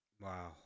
wow